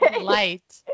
light